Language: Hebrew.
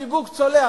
השיווק צולע.